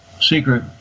secret